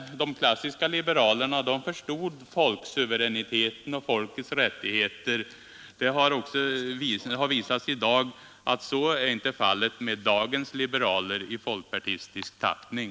De klassiska liberalerna förstod folksuveräniteten och folkets rättigheter. Här har det visat sig att så inte är fallet med dagens liberaler i folkpartistisk tappning.